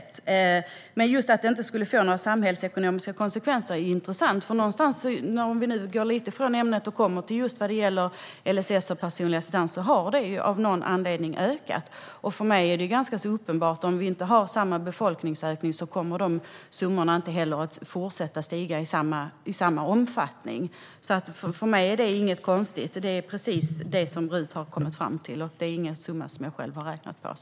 Det är, som sagt, intressant att höra att invandringen inte skulle få några samhällsekonomiska konsekvenser. Om vi går lite ifrån ämnet och talar om LSS och personlig assistans har kostnaderna för detta av någon anledning ökat. För mig är det ganska uppenbart: Om vi inte har samma befolkningsökning kommer dessa kostnader heller inte att fortsätta att stiga i samma omfattning. För mig är detta inte något konstigt. Det är precis vad RUT har kommit fram till - det är ingen summa som jag själv har räknat fram.